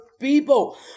people